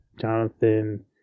Jonathan